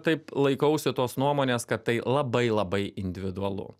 taip laikausi tos nuomonės kad tai labai labai individualu